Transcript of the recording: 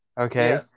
okay